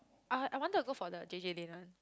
I I wanted to go for the J_J-Lin one